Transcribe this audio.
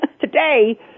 today